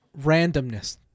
randomness